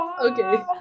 Okay